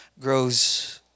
grows